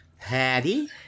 Patty